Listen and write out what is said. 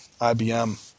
IBM